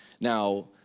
Now